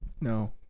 No